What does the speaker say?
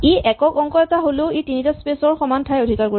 ই একক অংক এটা হ'লেও ই তিনিটা স্পেচ ৰ সমান ঠাই অধিকাৰ কৰিব